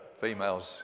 females